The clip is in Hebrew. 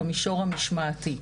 במישור המשמעתי.